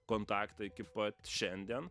kontaktą iki pat šiandien